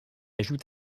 ajoute